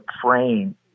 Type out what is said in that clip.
praying